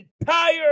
entire